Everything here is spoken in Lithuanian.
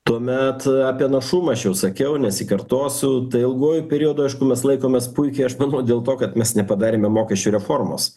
tuomet apie našumą aš jau sakiau nesikartosiu tai ilguoju periodu aišku mes laikomės puikiai aš manau dėl to kad mes nepadarėme mokesčių reformos